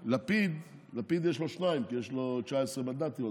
לפיד, לפיד, יש לו שניים, כי יש לו 19 מנדטים.